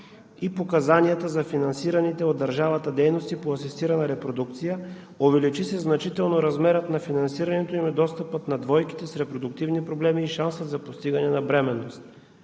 и показанията за финансираните от държавата дейности по асистирана репродукция, увеличи се значително размерът на финансирането им, достъпът на двойките с репродуктивни проблеми и шансът за постигане на бременност.